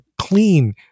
clean